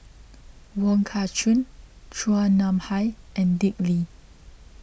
Wong Kah Chun Chua Nam Hai and Dick Lee